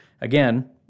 again